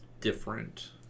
different